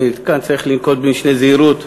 אני כאן צריך לנקוט משנה זהירות,